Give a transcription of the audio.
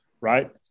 Right